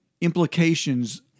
implications